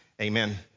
Amen